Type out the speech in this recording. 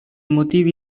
motivi